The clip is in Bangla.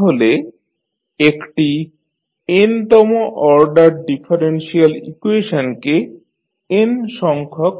তাহলে একটি n তম অর্ডার ডিফারেনশিয়াল ইকুয়েশনকে n সংখ্যক